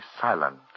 silent